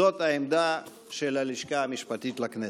זאת העמדה של הלשכה המשפטית בכנסת.